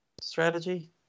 strategy